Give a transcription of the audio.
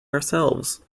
ourselves